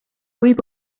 võib